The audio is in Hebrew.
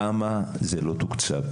א', למה זה לא תוקצב?